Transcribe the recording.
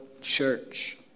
church